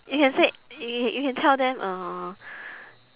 you can said y~ y~ you can tell them uh